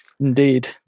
Indeed